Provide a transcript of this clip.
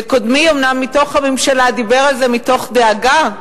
וקודמי, אומנם מתוך הממשלה, דיבר על זה מתוך דאגה,